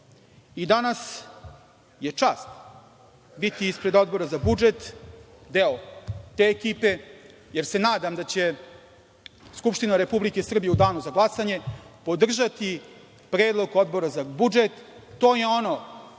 Danas je čast biti ispred Odbora za budžet, deo te ekipe jer se nadam da će Skupština Republike Srbije u danu za glasanje podržati predlog Odbora za budžet. To je ono,